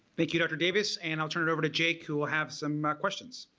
thank you dr. davis and i'll turn it over to jake who will have some ah questions.